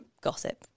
gossip